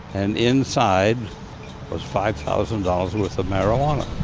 and inside was five thousand dollars worth of marijuana.